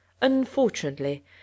Unfortunately